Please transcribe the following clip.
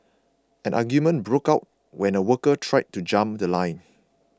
an argument broke out when a worker tried to jump The Line